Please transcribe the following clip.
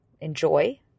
enjoy